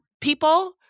people